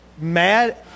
mad